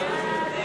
המכון הרפואי